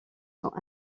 sont